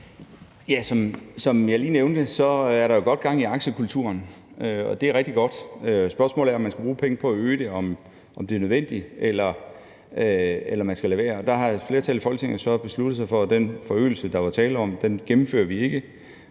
Som jeg lige nævnte, er der jo godt gang i aktiekulturen, og det er rigtig godt – spørgsmålet er, om man skal bruge pengene på en forhøjelse, om det er nødvendigt, eller om man skal lade være, og der har et flertal i Folketinget så besluttet sig for, at den forhøjelse, der var tale om, viderefører vi ikke,